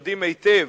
יודעים היטב.